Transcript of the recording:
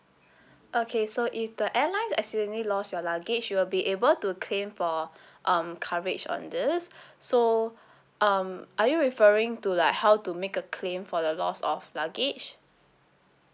okay so if the airlines accidentally lost your luggage you will be able to claim for um coverage on this so um are you referring to like how to make a claim for the loss of luggage